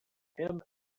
him